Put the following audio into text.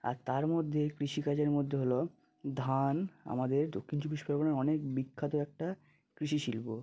আর তার মদ্যে কৃষিকাজের মধ্যে হলো ধান আমাদের দক্ষিণ চব্বিশ পরগনার অনেক বিখ্যাত একটা কৃষি শিল্প